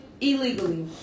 Illegally